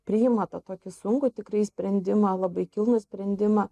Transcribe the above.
priima tą tokį sunkų tikrai sprendimą labai kilnų sprendimą